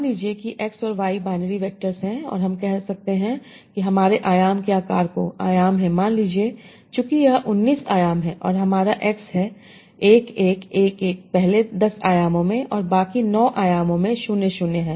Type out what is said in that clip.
मान लीजिए कि X और Y बाइनरी वेक्टर्स हैं और हम कहते हैं हमारे आयाम के आकार को आयाम हैं मान लीजिए चुकी यह 19 आयाम है और हमारा X है 1 1 1 1 पहले 10 आयामों में और बाकी 9 आयामों में 0 0 है